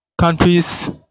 countries